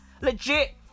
Legit